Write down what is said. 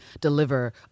deliver